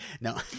No